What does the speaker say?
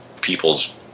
people's